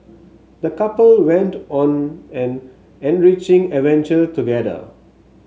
the couple went on an enriching adventure together